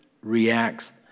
reacts